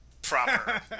proper